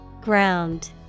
Ground